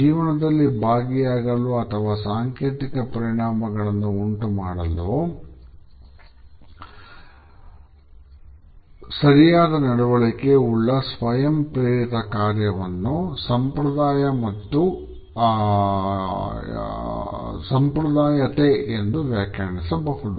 ಜೀವನದಲ್ಲಿ ಭಾಗಿಯಾಗಲು ಅಥವಾ ಸಾಂಕೇತಿಕ ಪರಿಣಾಮಗಳನ್ನುಂಟು ಮಾಡಬಹುದಾದ ಸರಿಯಾದ ನಡವಳಿಕೆ ಉಳ್ಳ ಸ್ವಯಂ ಪ್ರೇರಿತ ಕಾರ್ಯವನ್ನು ಸಂಪ್ರದಾಯ ಎಂದು ವ್ಯಾಖ್ಯಾನಿಸಬಹುದು